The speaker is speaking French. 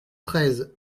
treize